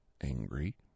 Angry